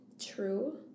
true